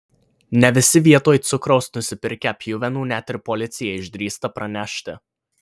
ne visi vietoj cukraus nusipirkę pjuvenų net ir policijai išdrįsta pranešti